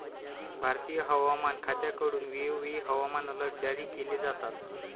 भारतीय हवामान खात्याकडून वेळोवेळी हवामान अलर्ट जारी केले जातात